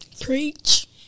Preach